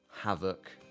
havoc